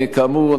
כאמור,